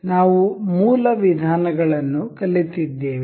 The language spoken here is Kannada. ಆದ್ದರಿಂದ ನಾವು ಮೂಲ ವಿಧಾನಗಳನ್ನು ಕಲಿತಿದ್ದೇವೆ